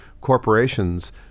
corporations